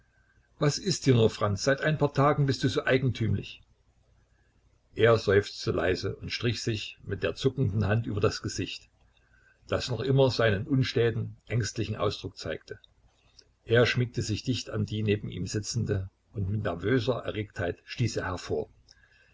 was ist dir nur franz seit ein paar tagen bist du so eigentümlich er seufzte leise und strich sich mit der zuckenden hand über das gesicht das noch immer seinen unstäten ängstlichen ausdruck zeigte er schmiegte sich dicht an die neben ihm sitzende und mit nervöser erregtheit stieß er hervor